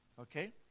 Okay